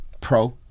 Pro